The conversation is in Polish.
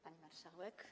Pani Marszałek!